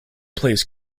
plays